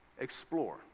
Explore